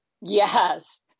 Yes